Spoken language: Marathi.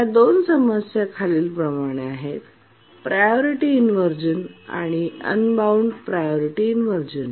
या दोन समस्या खालीलप्रमाणे आहेत प्रायोरिटी इनव्हर्जन आणि अनबाउंड प्रायोरिटी इनव्हर्जन